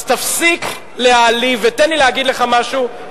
אז תפסיק להעליב, ותן לי להגיד לך משהו: